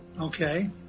Okay